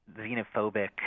xenophobic